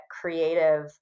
creative